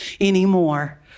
anymore